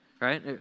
Right